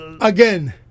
again